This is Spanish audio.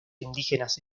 indígenas